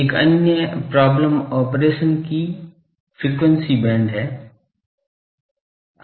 एक अन्य समस्या ऑपरेशन की फ्रिक्वेंसी बैंड है